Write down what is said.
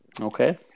Okay